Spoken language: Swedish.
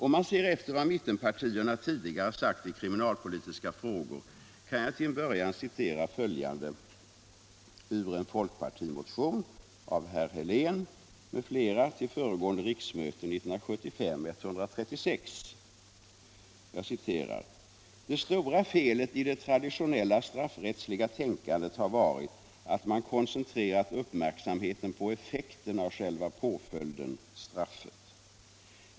Om man ser efter vad mittenpartierna tidigare sagt i kriminalpolitiska frågor kan jag till en början citera följande ur en folkpartimotion av herr Helén m.fl. till föregående riksmöte: ”Det stora felet i det traditionella straffrättsliga tänkandet har varit att man koncentrerat uppmärksamheten på effekten av själva påföljden, straffet.